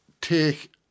Take